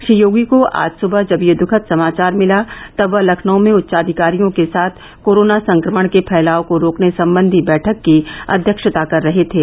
श्री योगी को आज सुबह जब यह दुखद समाचार मिला तब वह लखनऊ में उच्चाधिकारियों के साथ कोरोना संक्रमण के फैलाव को रोकने सम्बन्धी बैठक की अध्यक्षता कर रहे थे